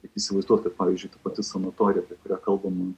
taip įsivaizduot kad pavyzdžiui ta pati sanatorija apie kurią kalbama